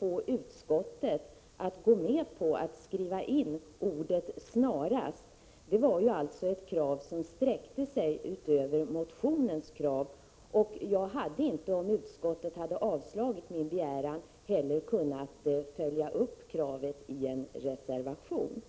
få utskottet att gå med på att skriva in ordet ”snarast”. Det var ett krav som sträckte sig utöver kraven i motionen, och jag hade inte kunnat följa upp kravet i en reservation, om utskottet hade avslagit min begäran.